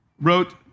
wrote